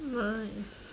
nice